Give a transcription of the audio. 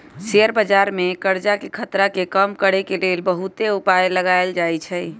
share बजार में करजाके खतरा के कम करए के लेल बहुते उपाय लगाएल जाएछइ